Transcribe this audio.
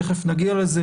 תיכף נגיע לזה.